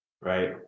Right